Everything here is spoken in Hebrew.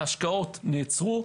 ההשקעות נעצרו.